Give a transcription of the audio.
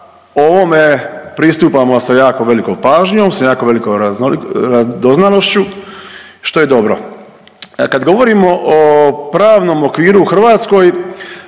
ovome pristupamo sa jako velikom pažnjom, sa jako veliko radoznalošću, što je dobro. Kad govorimo o pravnom okviru u Hrvatskoj,